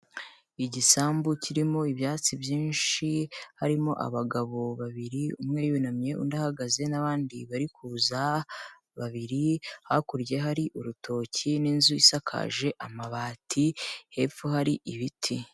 Igisambu kirimo ibyatsi byinshi, harimo abagabo babiri umwe yunamye, undi ahagaze n'abandi bari kuza babiri, hakurya hari urutoki n'inzu isakaje amabati hepfo hari ibiti.